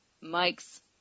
Mike's